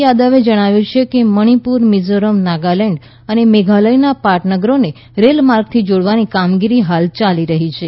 યાદવે જણાવ્યું છે કે મણિપુર મિઝોરમ નાગાલેન્ડ અને મેઘાલયના પાટનગરોને રેલમાર્ગથી જોડવાન કામગીરી હાલ ચાલી રહી છે